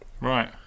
Right